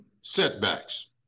setbacks